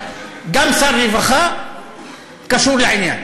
אבל גם שר הרווחה קשור לעניין,